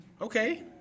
Okay